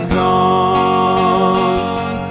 gone